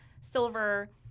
silver